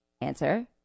answer